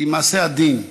היא מעשה עדין,